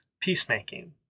peacemaking